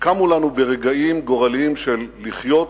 שקמו לנו ברגעים גורליים של "לחיות